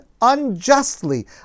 unjustly